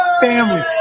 family